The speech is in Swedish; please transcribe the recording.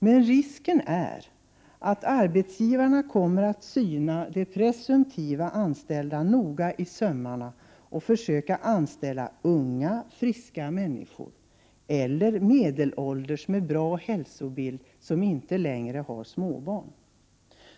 Men risken är att arbetsgivarna kommer att syna sin presumtiva arbetskraft i sömmarna och försöka anställa unga, friska människor eller medelålders som har bra hälsobild och som inte längre har småbarn.